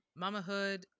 mamahood